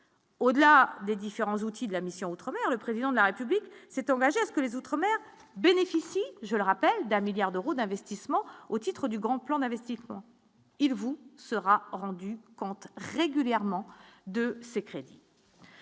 au-delà des différents outils de la mission outre-mer, le président de la République s'est engagé à ce que les outre-mer bénéficient, je le rappelle, d'un milliard d'euros d'investissement au titre du grand plan d'investissement, il vous sera rendu compte régulièrement de ces crédits.